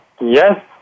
Yes